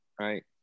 right